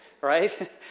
right